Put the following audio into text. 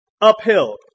Uphill